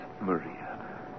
Maria